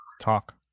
Talk